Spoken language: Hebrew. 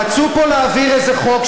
רצו פה להעביר איזה חוק,